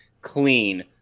clean